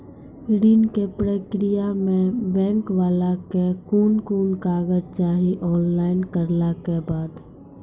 ऋण के प्रक्रिया मे बैंक वाला के कुन कुन कागज चाही, ऑनलाइन करला के बाद?